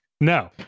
No